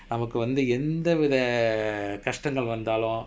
நமக்கு வந்து எந்தவித கஷ்டங்கள் வந்தாலும்:namakku vanthu enthavitha kashatangal vanthalum